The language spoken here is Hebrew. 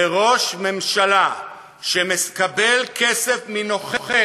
וראש ממשלה שמקבל כסף מנוכל,